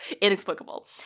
Inexplicable